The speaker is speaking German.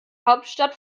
hauptstadt